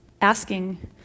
asking